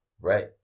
right